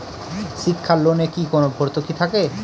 শিক্ষার লোনে কি কোনো ভরতুকি থাকে?